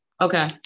Okay